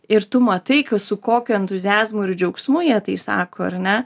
ir tu matai su kokiu entuziazmu ir džiaugsmu jie tai išsako ar ne